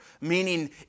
meaning